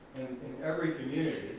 in every community,